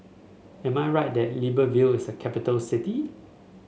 am I right that Libreville is a capital city